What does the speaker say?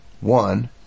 one